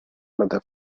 nade